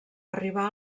arribà